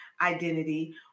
identity